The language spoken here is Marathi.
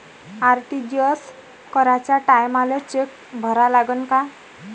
आर.टी.जी.एस कराच्या टायमाले चेक भरा लागन का?